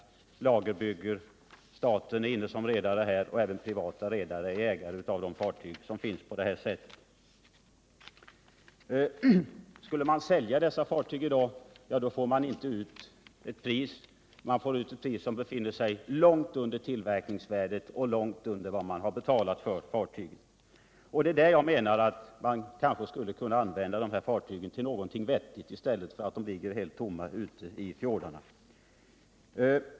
Vi lagerbygger, och där är staten inne som redare, men även privata redare står som ägare till de fartyg jag talar om. Om man i dag skulle sälja dessa fartyg får man ut ett pris som ligger långt under tillverkningsvärdet och långt under vad man betalat för dem. Därtör skulle man kanske kunna använda dem till någonting vettigt i stället för att låta dem ligga helt tomma ute i fjordarna.